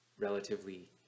relatively